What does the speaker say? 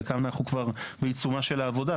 עם חלקן אנחנו כבר בעיצומה של עבודה,